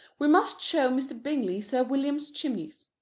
we must show mr. bingley sir william's chimneys.